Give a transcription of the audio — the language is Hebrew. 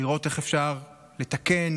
לראות איך אפשר לתקן,